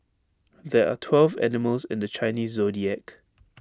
there are twelve animals in the Chinese Zodiac